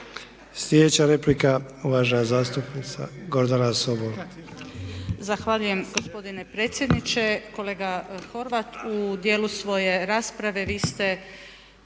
Sljedeća replika uvažena zastupnica Gordana Sobol.